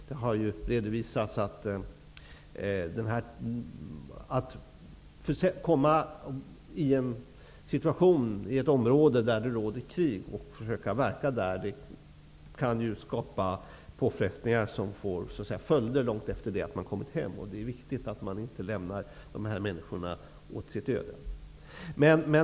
Det har tidigare redovisats att det, när man försöker verka i ett område där det råder krig, kan skapas påfrestningar som ger följder långt efter det att man kommit hem. Det är viktigt att de här människorna inte lämnas åt sitt öde.